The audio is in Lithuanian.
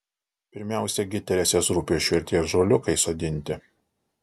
pirmiausia gi teresės rūpesčiu ir tie ąžuoliukai sodinti